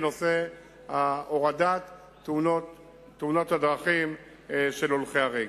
בנושא הורדת מספר תאונות הדרכים של הולכי-הרגל.